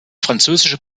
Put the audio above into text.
französische